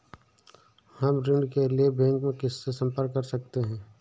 हम ऋण के लिए बैंक में किससे संपर्क कर सकते हैं?